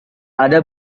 ada